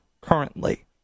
currently